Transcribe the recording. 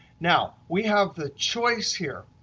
now, we have the choice here.